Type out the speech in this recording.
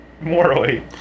morally